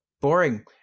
boring